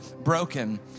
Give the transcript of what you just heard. broken